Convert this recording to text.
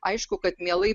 aišku kad mielai